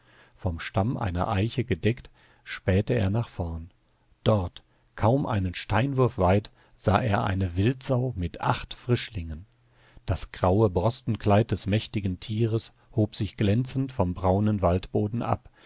vom stamm einer eiche gedeckt spähte er nach vorn dort kaum einen steinwurf weit sah er eine wildsau mit acht frischlingen das graue borstenkleid des mächtigen tieres hob sich glänzend vom braunen waldboden ab